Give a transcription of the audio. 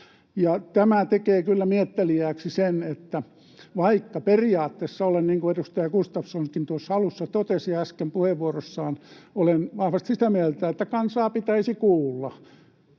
tämä tekee kyllä mietteliääksi, vaikka periaatteessa, niin kuin edustaja Gustafssonkin totesi äsken puheenvuorossaan, olen vahvasti sitä mieltä, että kansaa pitäisi kuulla.